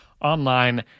online